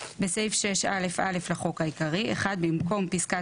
2. בסעיף 6א(א) לחוק העיקרי במקום פסקה